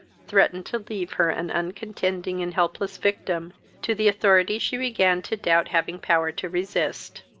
threatened to leave her an uncontending and helpless victim to the authority she began to doubt having power to resist.